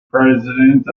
president